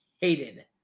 hated